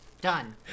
done